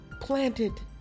Planted